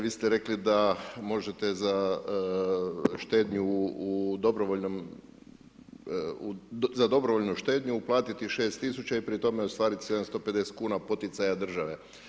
Vi ste rekli, da možete za štednju u dobrovoljnu, za dobrovolju štednju uplatiti 6000 i pri tome ostvariti 750 kn poticaja države.